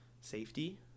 safety